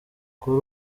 kuri